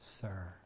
Sir